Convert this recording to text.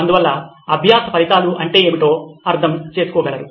అందువల్ల అభ్యాస ఫలితాలు అంటే ఏమిటో అర్థం చేసుకోగలరు